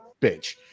bitch